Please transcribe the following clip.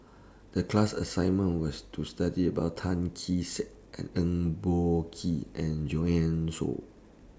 The class assignment was to study about Tan Kee Sek and Eng Boh Kee and Joanne Soo